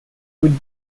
would